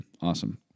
Awesome